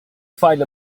find